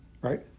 right